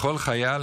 לכל חייל,